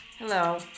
Hello